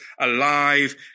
alive